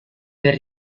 per